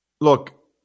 Look